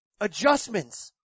adjustments